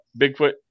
Bigfoot